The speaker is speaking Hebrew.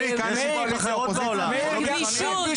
יש גם דרכים אחרות בעולם, לא רק מבחנים.